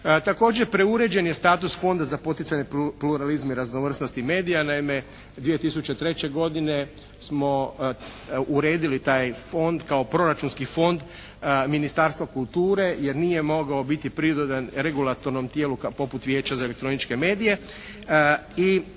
Također, preuređen je status fonda za poticanje pluralizma i raznovrsnosti medija. Naime, 2003. godine smo uredili taj fond kao proračunski fond Ministarstva kulture jer nije mogao biti pridodan regulatornom tijelu poput Vijeća za elektroničke medije i